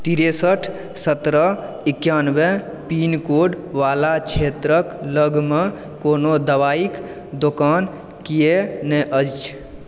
तिरसठि सत्रह एकानबे पिनकोडवला क्षेत्रक लगमे कोनो दवाइक दोकान किएक नहि अछि